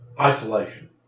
isolation